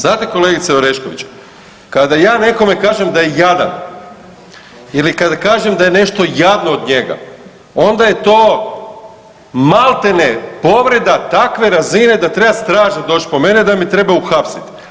Znate kolegice Orešković kada ja nekome kažem da je jadan ili kada kažem da je nešto jadno od njega onda je to maltene povreda takve razine da treba straža doć po mene da me treba uhapsit.